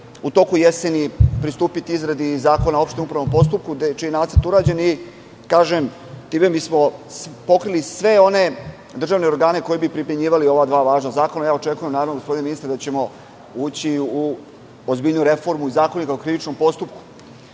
u toku jeseni pristupiti izradi zakona o opštem upravnom postupku, čiji je nacrt urađen. Time bismo pokrili sve one državne organe koji bi primenjivali ova dva važna zakona. Očekujem, gospodine ministre, da ćemo ući u ozbiljniju reformu i Zakonika o krivičnom postupku,